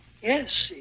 Yes